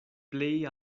plej